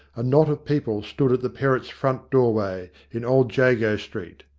a knot of people stood at the perrotts' front doorway, in old jago street.